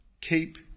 keep